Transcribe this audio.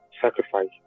sacrifice